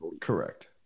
Correct